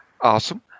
Awesome